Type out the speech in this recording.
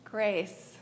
Grace